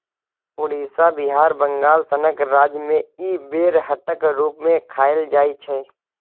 उड़ीसा, बिहार, बंगाल सनक राज्य मे इ बेरहटक रुप मे खाएल जाइ छै